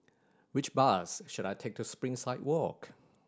which bus should I take to Springside Walk